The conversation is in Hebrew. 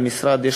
למשרד,